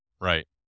Right